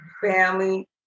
family